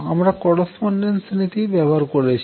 আমরা করস্পন্ডেন্স নীতি ব্যবহার করেছি